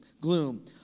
gloom